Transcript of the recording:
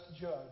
judge